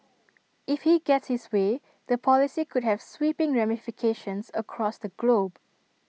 if he gets his way the policy could have sweeping ramifications across the globe